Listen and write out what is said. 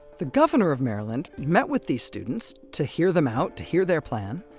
the governor of maryland met with these students to hear them out, to hear their plan.